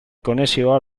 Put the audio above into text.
konexioa